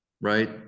right